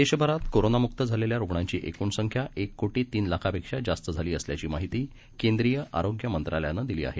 देशभरातकोरोनामुक्तझालेल्यारुग्णांचीएकूणसंख्याएककोपीतीनलाखापेक्षाजास्तझालीअसल्याचीमाहितीकेंद्रीयआरोग्यमंत्रालयानं दिलीआहे